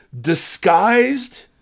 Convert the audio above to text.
disguised